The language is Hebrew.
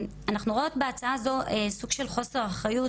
אנחנו רואות בהצעה הזו סוג של חוסר אחריות,